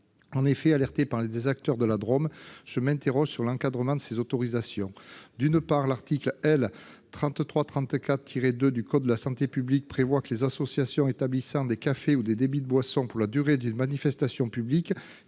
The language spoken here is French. En effet, alerté par des acteurs de la Drôme, je m’interroge sur l’encadrement de ces autorisations. D’une part, l’article L. 3334 2 du code de la santé publique prévoit que les associations établissant des cafés ou des débits de boissons doivent obtenir, pour la durée des manifestations publiques